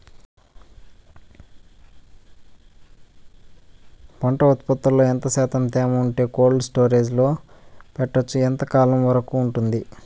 పంట ఉత్పత్తులలో ఎంత శాతం తేమ ఉంటే కోల్డ్ స్టోరేజ్ లో పెట్టొచ్చు? ఎంతకాలం వరకు ఉంటుంది